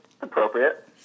appropriate